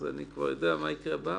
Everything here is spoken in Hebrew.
אני כבר יודע מה יקרה להבא.